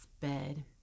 bed